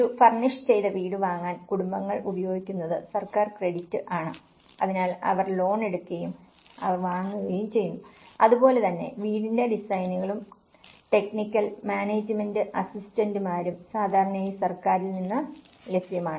ഒരു ഫർണിഷ് ചെയ്ത വീട് വാങ്ങാൻ കുടുംബങ്ങൾ ഉപയോഗിക്കുന്നത് സർക്കാർ ക്രെഡിറ്റ് ആണ് അതിനാൽ അവർ ലോൺ എടുക്കുകയും അവർ വാങ്ങുകയും ചെയ്യുന്നു അതുപോലെ തന്നെ വീടിന്റെ ഡിസൈനുകളും ടെക്നിക്കൽ മാനേജ്മെന്റ് അസിസ്റ്റന്റുമാരും സാധാരണയായി സർക്കാരിൽ നിന്ന് ലഭ്യമാണ്